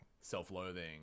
self-loathing